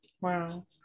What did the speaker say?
Wow